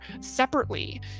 separately